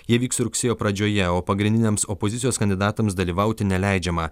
jie vyks rugsėjo pradžioje o pagrindiniams opozicijos kandidatams dalyvauti neleidžiama